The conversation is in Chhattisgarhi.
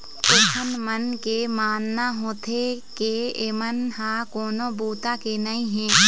ओखर मन के मानना होथे के एमन ह कोनो बूता के नइ हे